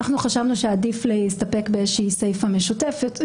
אנחנו חשבנו שעדיף להסתפק באיזושהי סיפה משותפת.